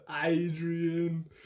Adrian